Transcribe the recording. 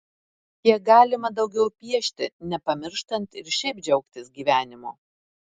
kiek galima daugiau piešti nepamirštant ir šiaip džiaugtis gyvenimu